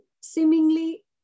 seemingly